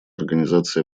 организации